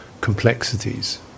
complexities